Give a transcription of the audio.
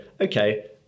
okay